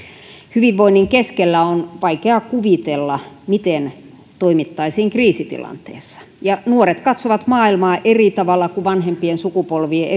hyvinvoinnin keskellä on vaikea kuvitella miten toimittaisiin kriisitilanteessa ja nuoret katsovat maailmaa eri tavalla kuin vanhempien sukupolvien